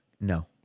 no